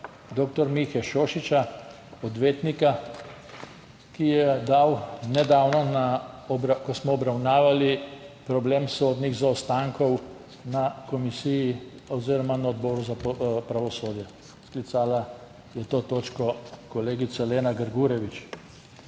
dr. Mihe Šošića, odvetnika, ki je dejal nedavno, ko smo obravnavali problem sodnih zaostankov na komisiji oziroma na odboru za pravosodje, sklicala je to točko kolegica Lena Grgurevič,